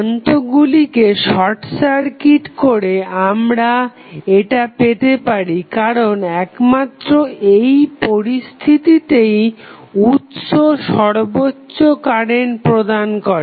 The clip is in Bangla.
প্রান্তগুলিকে শর্ট করে আমরা এটা পেতে পারি কারণ একমাত্র এই পরিস্থিতিতেই উৎস সর্বোচ্চ কারেন্ট প্রদান করে